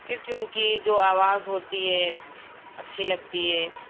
کیونکہ اُن کی جو آواز ہوتی ہے اچھی لگتی ہے